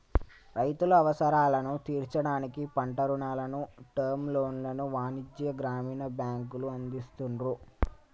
రైతుల అవసరాలను తీర్చడానికి పంట రుణాలను, టర్మ్ లోన్లను వాణిజ్య, గ్రామీణ బ్యాంకులు అందిస్తున్రు